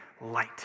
light